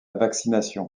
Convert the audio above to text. vaccination